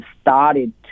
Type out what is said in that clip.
started